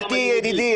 מצדי אל תהיה ידידי.